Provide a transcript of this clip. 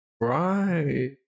Right